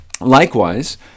likewise